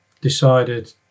decided